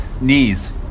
Knees